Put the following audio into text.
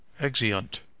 exeunt